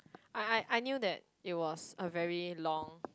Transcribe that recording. I I I knew that it was a very long